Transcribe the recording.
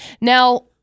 Now